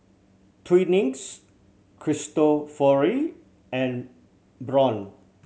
Twinings Cristofori and Braun